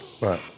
Right